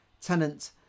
tenant